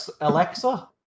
Alexa